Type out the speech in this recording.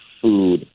food